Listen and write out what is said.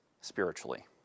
spiritually